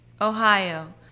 Ohio